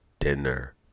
dinner